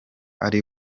ari